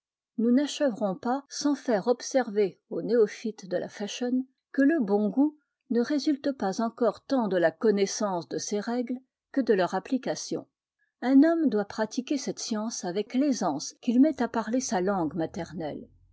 nous n'achèverons pas sans faire observer aux néophytes de la fashion que le bon goût ne résulte pas encore tant de la connaissance de ces règles que de leur apphcation un homme doit pratiquer cette science avec l'aisance qu'il met à parler sa langue maternelle